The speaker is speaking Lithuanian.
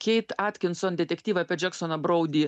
keit atkinson detektyvą apie džeksoną brodį